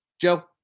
joe